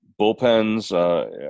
bullpens